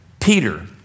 Peter